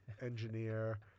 engineer